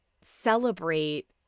celebrate